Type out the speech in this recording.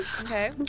Okay